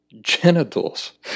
genitals